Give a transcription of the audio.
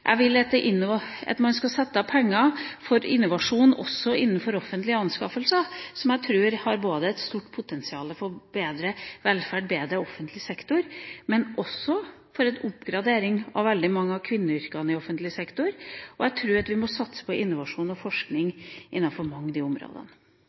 Jeg vil at man skal sette av penger til innovasjon også innenfor offentlige anskaffelser, som jeg tror har et stort potensial for bedre velferd og bedre offentlig sektor, og for en oppgradering av veldig mange av kvinneyrkene i offentlig sektor. Jeg tror at vi må satse på innovasjon og